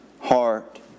heart